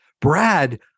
Brad